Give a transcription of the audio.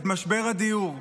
את משבר הדיור.